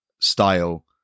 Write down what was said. style